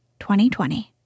2020